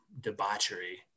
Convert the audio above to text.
debauchery